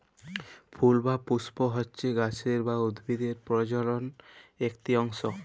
ফুল বা পুস্প হচ্যে গাছের বা উদ্ভিদের প্রজলন একটি অংশ